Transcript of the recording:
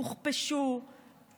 הוכפשו,